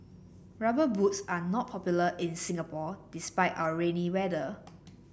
rubber boots are not popular in Singapore despite our rainy weather